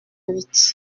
huit